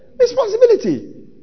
Responsibility